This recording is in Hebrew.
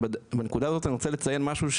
ובנקודה הזו אני רוצה לציין משהו,